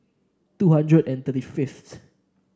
two hundred and thirty fifth